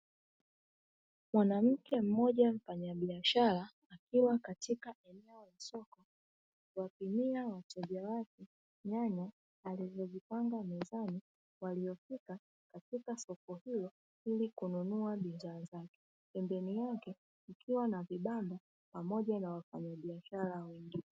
Mwanamke mmoja mfanyabiashara akiwa katika eneo la soko kuwahudumia wateja wake nyanya alizozipanga mezani waliofika katika soko hilo ili kununua bidhaa zake, pembeni yake kukiwa na vibanda pamoja na wafanyabiashara wengine.